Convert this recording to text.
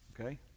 Okay